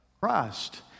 christ